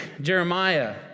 Jeremiah